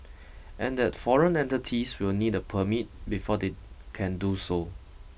and that foreign entities will need a permit before they can do so